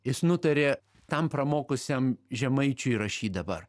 jis nutarė tam pramokusiam žemaičiui rašyt dabar